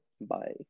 Bye